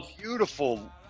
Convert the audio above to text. beautiful